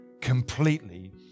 completely